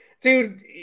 dude